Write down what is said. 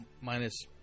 minus